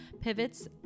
pivots